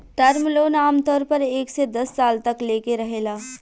term loan आमतौर पर एक से दस साल तक लेके रहेला